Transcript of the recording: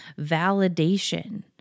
validation